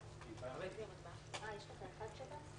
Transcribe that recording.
היערכותו וטיפולו בסוגיית הקורונה.